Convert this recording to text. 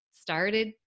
started